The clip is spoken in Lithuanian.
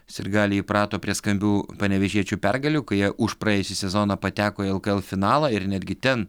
sirgaliai įprato prie skambių panevėžiečių pergalių kai jie už praėjusį sezoną pateko į lkl finalą ir netgi ten